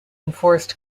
enforced